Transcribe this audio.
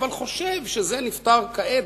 "אבל חושב שזה נפתר כעת,